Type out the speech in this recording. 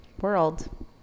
world